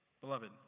Beloved